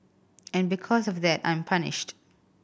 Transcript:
and because of that I'm punished